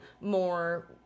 more